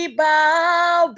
bow